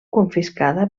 confiscada